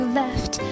left